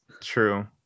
true